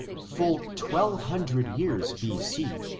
full twelve hundred years b. c,